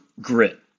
grit